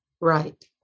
Right